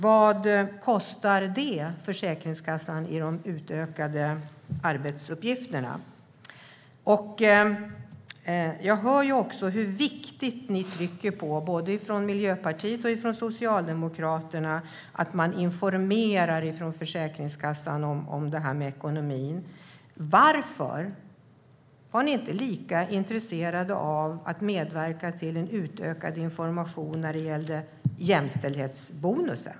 Vad kostar de utökade arbetsuppgifterna Försäkringskassan? Jag hör också hur mycket ni trycker på - både från Miljöpartiet och från Socialdemokraterna - att Försäkringskassan informerar om detta med ekonomi. Varför var ni inte lika intresserade av att medverka till en utökad information när det gällde jämställdhetsbonusen?